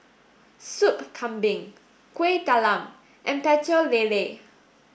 Soup Kambing Kuih Talam and Pecel Lele